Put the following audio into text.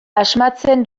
asmatzen